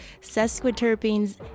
sesquiterpenes